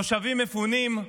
תושבים מפונים,